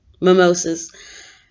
mimosas